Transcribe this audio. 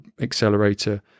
accelerator